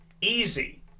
easy